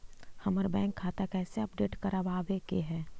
हमर बैंक खाता कैसे अपडेट करबाबे के है?